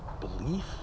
Belief